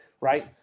right